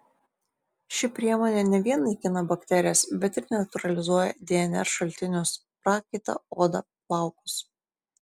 ši priemonė ne vien naikina bakterijas bet ir neutralizuoja dnr šaltinius prakaitą odą plaukus